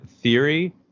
theory—